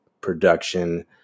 production